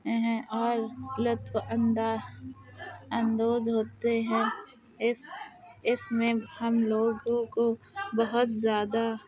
ہیں اور لطف انداہ اندوز ہوتے ہیں اس اس میں ہم لوگوں کو بہت زیادہ